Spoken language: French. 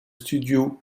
studios